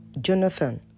Jonathan